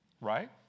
Right